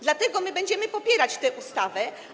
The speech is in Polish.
Dlatego będziemy popierać tę ustawę.